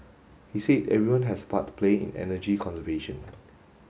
he said everyone has a part to play in energy conservation